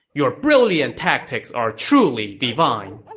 your brilliant tactics are truly divine.